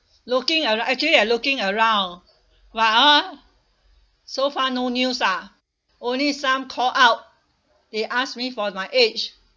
looking aro~ actually I looking around but ha so far no news lah only some call out they ask me for my age